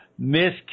Miss